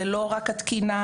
זה לא רק התקינה.